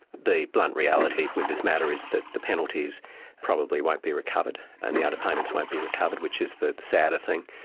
the blunt reality with this matter is that the penalties probably won't be recovered, and the underpayments won't be recovered, which is the sadder thing.